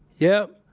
yep,